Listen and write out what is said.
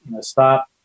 stop